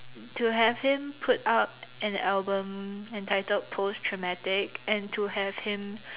to have him put out an album entitled Post Traumatic and to have him